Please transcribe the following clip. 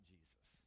Jesus